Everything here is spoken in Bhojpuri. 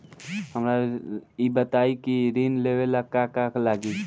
हमरा ई बताई की ऋण लेवे ला का का लागी?